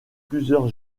plusieurs